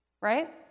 Right